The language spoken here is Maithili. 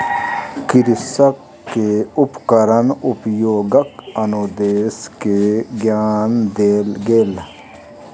कृषक के उपकरण उपयोगक अनुदेश के ज्ञान देल गेल